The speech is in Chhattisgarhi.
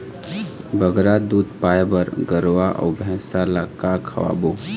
बगरा दूध पाए बर गरवा अऊ भैंसा ला का खवाबो?